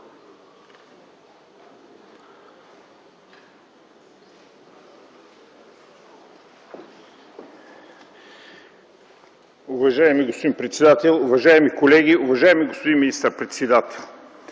Уважаеми господин председател, уважаеми колеги! Уважаеми господин министър-председател,